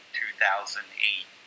2008